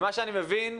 ממה שאני מבין,